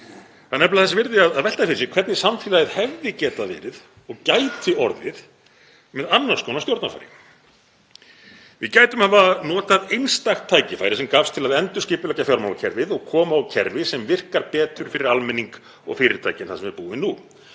Það er nefnilega þess virði að velta fyrir sér hvernig samfélagið hefði getað verið og gæti orðið með annars konar stjórnarfari. Við gætum hafa notað einstakt tækifæri sem gafst til að endurskipuleggja fjármálakerfið og koma á kerfi sem virkar betur fyrir almenning og fyrirtækin en það sem við búum við